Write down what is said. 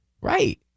Right